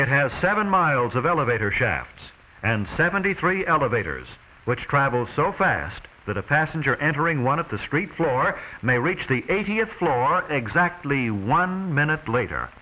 it has seven miles of elevator shafts and seventy three elevators which travels so fast that a passenger entering one of the street floor may reach the eightieth floor exactly one minute later